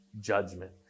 judgment